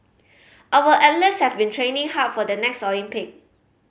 our athletes have been training hard for the next Olympic